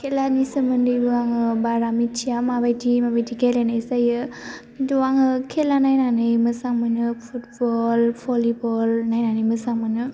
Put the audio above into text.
खेलानि सोमोन्दैबो आङो बारा मिथिया माबायदि माबायदि गेलेनाय जायो खिन्थु आङो खेला नायनानै मोजां मोनो फुटबल भलिबल नायनानै मोजां मोनो